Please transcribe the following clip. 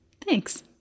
Thanks